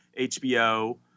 HBO